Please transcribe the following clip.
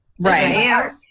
Right